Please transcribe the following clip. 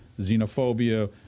xenophobia